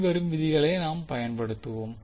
பின்வரும் விதிகளை நாம் பயன்படுத்துவோம்